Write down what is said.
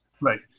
right